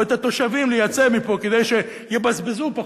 או את התושבים לייצא מפה כדי שיבזבזו פחות,